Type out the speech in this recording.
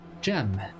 gem